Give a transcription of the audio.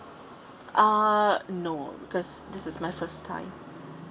uh no because this is my first time